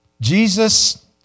Jesus